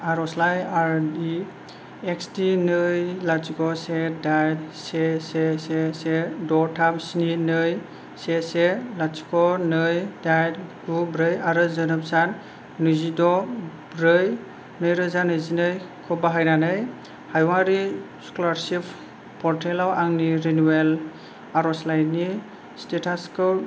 आर'जलाइ आईडी एकस डि नै लाथिख' से दाइन से से से से द' थाम स्नि नै से से लाथिख' नै दाइन गु ब्रै आरो जोनोम सान नैजिद' ब्रै नैरोजा नैजिनैखौ बाहायनानै हायुंआरि स्कलारसिप पर्टेलाव आंनि रिनिउयेल आर'जलाइनि स्टेटासखौ